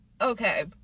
Okay